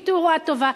עם תאורה טובה,